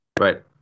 right